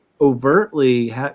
overtly